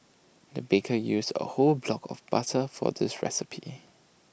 the baker used A whole block of butter for this recipe